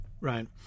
Right